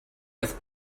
with